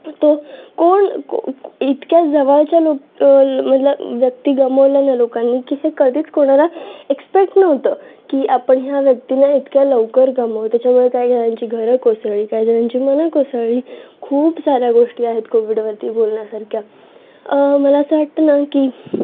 तो कोण को इतक्या जवळच्या लोकां मधलं व्यक्ती गमवले ना लोकांनी की हे कधीच कोणाला एक्स्पेक्ट नव्हतं की आपण ह्या व्यक्तीला इतक्या लवकर गमवू त्याच्यामुळे काही जणांची घरं कोसळली काही जणांची मनं कोसळली खूप साऱ्या गोष्टी आहेत कोविडवरती बोलण्यासारख्या मला असं वाटतं ना की